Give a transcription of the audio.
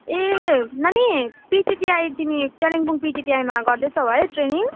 ए नानी पिजिटिआई तिमी कालिम्पोङ पिजिटिआईमा गर्दैछौँ है ट्रेनिङ